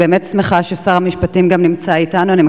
אני באמת שמחה ששר המשפטים נמצא אתנו ואני